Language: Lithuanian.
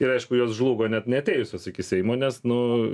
ir aišku jos žlugo net neatėjusios iki seimo nes nu